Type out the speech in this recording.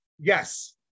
Yes